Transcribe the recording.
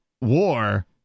War